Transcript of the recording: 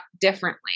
differently